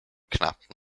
knappt